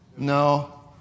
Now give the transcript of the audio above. No